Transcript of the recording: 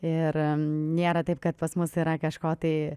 ir nėra taip kad pas mus yra kažko tai